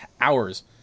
hours